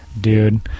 dude